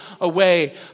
away